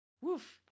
woof